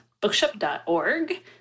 bookshop.org